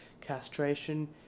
castration